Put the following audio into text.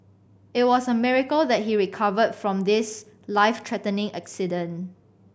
it was a miracle that he recovered from his life threatening accident